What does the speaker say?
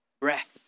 breath